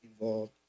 involved